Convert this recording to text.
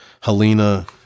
Helena